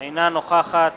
אינה נוכחת